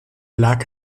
lag